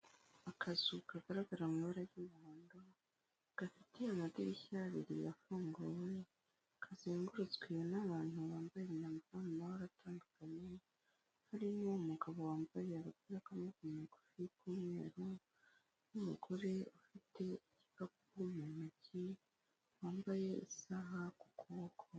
Akazu kagaragara mu ibara ry'umuhondo gafite amadirishya abiri afunguwe kazengurutswe n'abantu bambaye imyambaro ari mu mabara atandukanye hari n'uw'umugabo wambaye agapira k'amagufi k'umweru n'umugore ufite igikapu mu ntoki wambaye isaha ku kuboko.